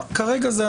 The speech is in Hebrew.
כרגע זה הנוסח.